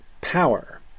power